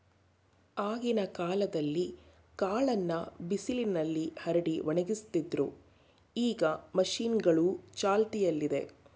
ಆಗಿನ ಕಾಲ್ದಲ್ಲೀ ಕಾಳನ್ನ ಬಿಸಿಲ್ನಲ್ಲಿ ಹರಡಿ ಒಣಗಿಸ್ತಿದ್ರು ಈಗ ಮಷೀನ್ಗಳೂ ಚಾಲ್ತಿಯಲ್ಲಿದೆ